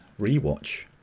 rewatch